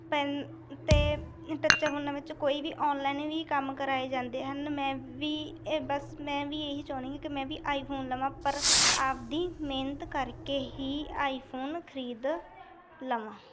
PAN ਅਤੇ ਟੱਚਾਂ ਫੋਨਾਂ ਵਿੱਚ ਕੋਈ ਵੀ ਔਨਲਾਈਨ ਵੀ ਕੰਮ ਕਰਾਏ ਜਾਂਦੇ ਹਨ ਮੈਂ ਵੀ ਇਹ ਬਸ ਮੈਂ ਵੀ ਇਹੀ ਚਾਹੁੰਦੀ ਹਾਂ ਕਿ ਮੈਂ ਵੀ ਆਈਫੋਨ ਲਵਾਂ ਪਰ ਆਪਦੀ ਮਿਹਨਤ ਕਰਕੇ ਹੀ ਆਈਫੋਨ ਖਰੀਦ ਲਵਾਂ